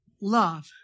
love